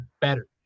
better